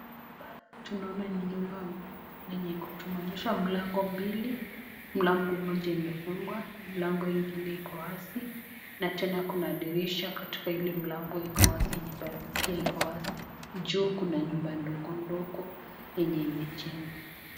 Hapa tunaona ni nyumba yenye iko, tunaonyehwa mlango mbili mlango moja imefungwa mlango ingine iko wazi na tena kuna dirisha katika hili mlango iko wazi, juu kuna nyumba ndogo ndogo ambayo imejengwa.